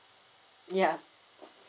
ya